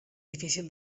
difícil